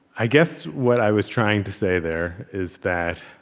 i guess what i was trying to say there is that